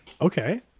Okay